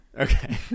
Okay